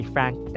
Frank